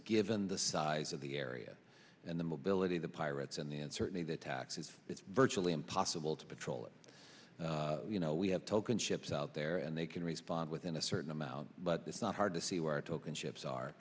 given the size of the area and the mobility the pirates and then certainly the taxes it's virtually impossible to patrol it you know we have token ships out there and they can respond within a certain amount but that's not hard to see where token ships are